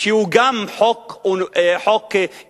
שהוא גם חוק אנושי,